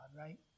right